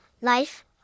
life